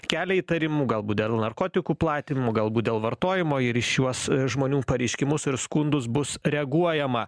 kelia įtarimų galbūt dėl narkotikų platinimo galbūt dėl vartojimo ir į šiuos žmonių pareiškimus ir skundus bus reaguojama